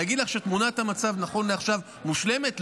להגיד לך שתמונת המצב נכון לעכשיו מושלמת?